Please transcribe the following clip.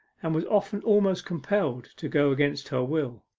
and was often almost compelled to go against her will.